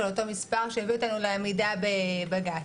אותו מספר שיביא אותנו לעמידה בבג"ץ.